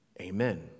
Amen